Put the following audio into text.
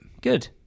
good